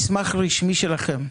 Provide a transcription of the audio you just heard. מסמך רשמי שלכם.